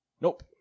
Nope